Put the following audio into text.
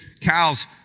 Cows